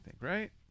right